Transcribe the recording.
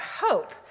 hope